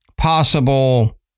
possible